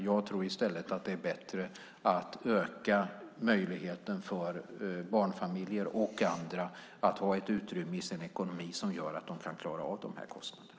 Jag tror i stället att det är bättre att öka möjligheten för barnfamiljer och andra att ha ett utrymme i sin ekonomi som gör att de kan klara av de här kostnaderna.